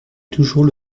toujours